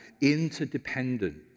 interdependent